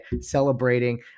celebrating